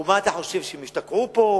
ומה אתה חושב, שהם ישתקעו פה?